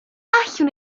allwn